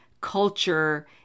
culture